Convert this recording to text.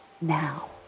now